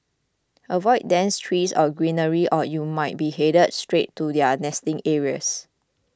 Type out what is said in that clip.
avoid dense trees or greenery or you might be headed straight to their nesting areas